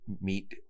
meet